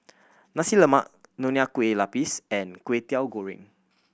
Nasi Lemak Nonya Kueh Lapis and Kwetiau Goreng